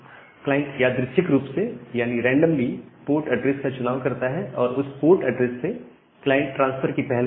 client यादृच्छिक रूप से पोर्ट एड्रेस का चुनाव करता है और उस पोर्ट ऐड्रेस से क्लाइंट ट्रांसफर की पहल करता है